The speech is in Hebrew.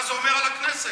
מה זה אומר על הכנסת?